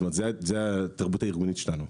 זאת התרבות הארגונית שלנו.